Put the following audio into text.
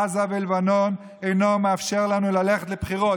עזה ולבנון אינו מאפשר לנו ללכת לבחירות.